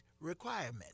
requirement